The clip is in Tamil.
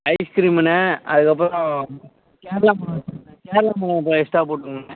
ஐஸ்கிரீமுண்ண அதுக்கப்பறம் கேரளா மேளம் கேரளா மேளம் எக்ஸ்ட்ரா போட்டிருங்கண்ணே